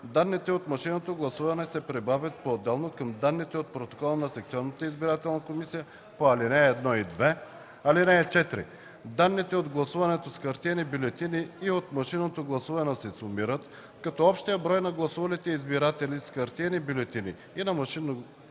Данните от машинното гласуване се прибавят поотделно към данните от протоколите на секционната избирателна комисия по ал. 1 и 2. (4) Данните от гласуването с хартиени бюлетини и от машинното гласуване се сумират, като общият брой на гласувалите избиратели с хартиени бюлетини и на машинно гласувалите